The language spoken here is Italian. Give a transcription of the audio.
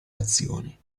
azioni